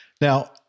Now